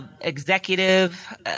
Executive